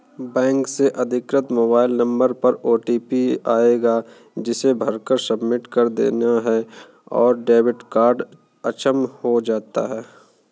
bank से अधिकृत mobile number पर ओटीपी आएगा जिसे भरकर सबमिट कर देना है और डेबिट कार्ड अक्षम हो जाएगा